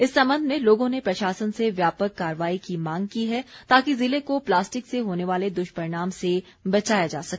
इस संबंध में लोगों ने प्रशासन से व्यापक कार्रवाई की मांग की है ताकि ज़िले को प्लास्टिक से होने वाले दुष्परिणाम से बचाया जा सके